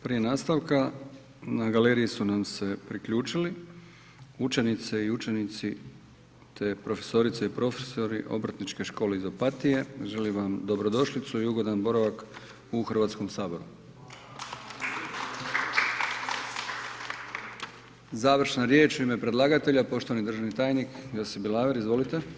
Prije nastavka na galeriji su nam se priključili učenice i učenici te profesorice i profesori Obrtničke škole iz Opatije, želim vam dobrodošlicu i ugodan boravak u Hrvatskom saboru. Završna riječ u ime predlagatelja, poštovani državni tajnik Josip Bilaver, izvolite.